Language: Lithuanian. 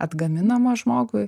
atgaminama žmogui